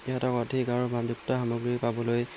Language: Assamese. সিহঁতক অধিক আৰু মানযুক্ত সামগ্ৰী পাবলৈ